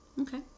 Okay